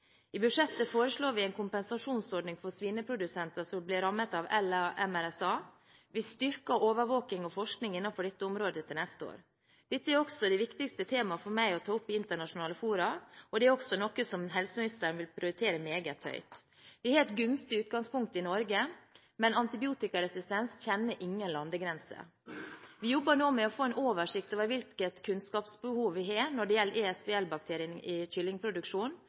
I budsjettet foreslår vi en kompensasjonsordning for svineprodusenter som blir rammet av LA-MRSA. Vi styrker overvåking og forskning innenfor dette området til neste år. Dette er også det viktigste temaet for meg å ta opp i internasjonale fora. Det er også noe som helseministeren vil prioritere meget høyt. Vi har et gunstig utgangspunkt i Norge, men antibiotikaresistens kjenner ingen landegrenser. Vi jobber nå med å få en oversikt over hvilket kunnskapsbehov vi har når det gjelder ESBL-bakterien i